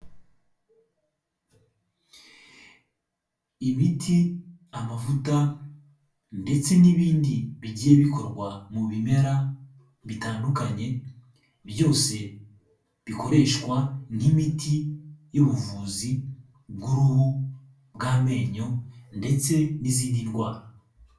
Imiti, amavuta ndetse n'ibindi bigiye bikorwa mu bimera bitandukanye byose bikoreshwa nk'imiti y'ubuvuzi bw'uruhu bw'amenyo ndetse n'izindi ndwara.